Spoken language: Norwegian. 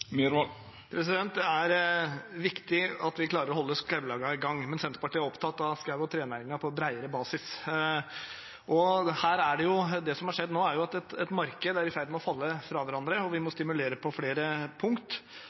Det er viktig at vi klarer å holde skoglagene i gang, men Senterpartiet er opptatt av skog- og trenæringen på bredere basis. Det som har skjedd nå, er jo at et marked er i ferd med å falle fra hverandre, og vi må stimulere på flere